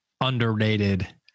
underrated